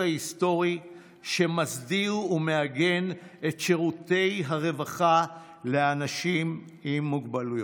ההיסטורי שמסדיר ומעגן את שירותי הרווחה לאנשים עם מוגבלויות: